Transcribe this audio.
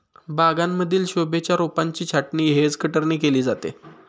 बागांमधील शोभेच्या रोपांची छाटणी हेज कटरने केली जाते